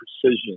precision